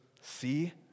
see